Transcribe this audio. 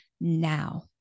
now